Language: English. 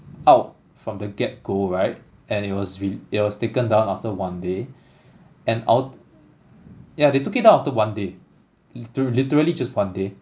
out from the get-go right and it was re~ it was taken down after one day and ult~ yeah they took it out after one day lite~ literally just one day